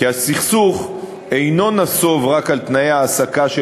כי הסכסוך אינו רק על תנאי ההעסקה של